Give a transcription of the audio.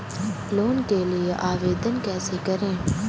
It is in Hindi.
लोन के लिए आवेदन कैसे करें?